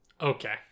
Okay